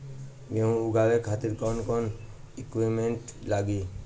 गेहूं उगावे खातिर कौन कौन इक्विप्मेंट्स लागी?